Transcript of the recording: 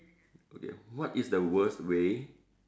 okay what is the worst way